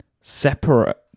separate